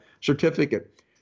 certificate